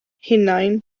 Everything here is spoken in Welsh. hunain